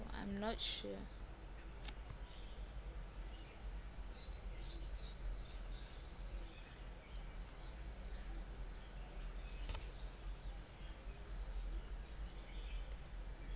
I'm not sure